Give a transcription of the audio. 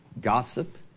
gossip